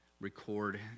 record